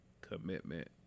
commitment